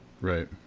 Right